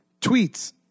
Tweets